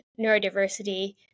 neurodiversity